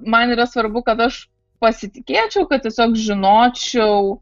man yra svarbu kad aš pasitikėčiau kad tiesiog žinočiau